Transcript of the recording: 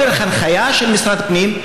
או דרך הנחיה של משרד הפנים,